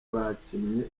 bakinnye